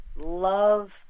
love –